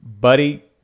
Buddy